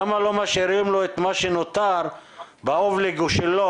למה לא משאירים לו את מה שנותר באובליגו שלו?